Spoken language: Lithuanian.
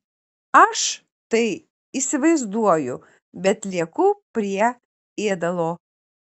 aš tai įsivaizduoju bet lieku prie ėdalo